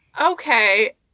Okay